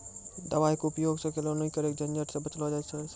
दवाई के उपयोग सॅ केलौनी करे के झंझट सॅ बचलो जाय ल सकै छै